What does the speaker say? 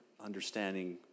understanding